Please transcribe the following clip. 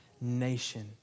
nation